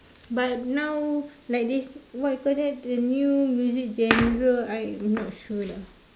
but now like this what you call that the new music genre I'm not sure lah